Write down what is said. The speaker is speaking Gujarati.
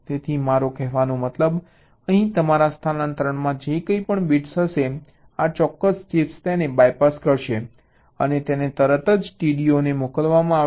તેથી મારો કહેવાનો મતલબ અહીં તમારા સ્થાનાંતરણમાં જે કંઈપણ બિટ્સ હશે આ ચોક્કસ ચિપ તેને BYPASS કરશે અને તેને તરત જ TDO ને મોકલવામાં આવશે